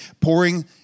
pouring